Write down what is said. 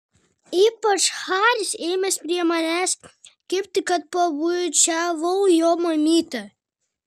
ypač haris ėmęs prie manęs kibti kad pabučiavau jo mamytę